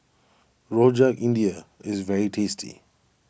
Rojak India is very tasty